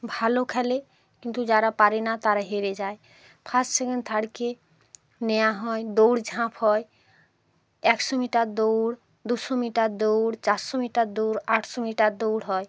ভালো খেলে কিন্তু যারা পারে না তারা হেরে যায় ফার্স্ট সেকেন্ড থার্ডকে নেওয়া হয় দৌড়ঝাঁপ হয় একশো মিটার দৌড় দুশো মিটার দৌড় চারশো মিটার দৌড় আটশো মিটার দৌড় হয়